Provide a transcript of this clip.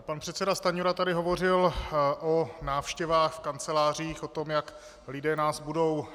Pan předseda Stanjura tady hovořil o návštěvách v kancelářích, o tom, jak lidé nás budou